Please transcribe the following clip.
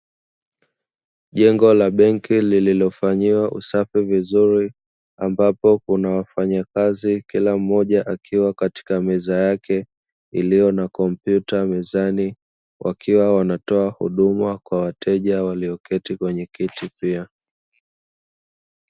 Jengo la benki lililofanyiwa usafi vizuri, ambapo kuna wafanyakazi kila mmoja akiwa katika meza yake iliyo na kompyuta mezani, wakiwa wanatoa huduma kwa wateja walioketi kwenye kiti pia.